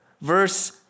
Verse